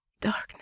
Darkness